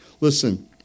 Listen